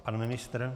Pan ministr?